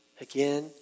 Again